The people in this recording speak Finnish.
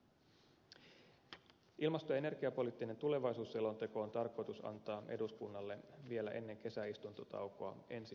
ilmasto ja energiapoliittinen tulevaisuusselonteko on tarkoitus antaa eduskunnalle vielä ennen kesäistuntotaukoa ensi vuonna